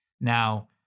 now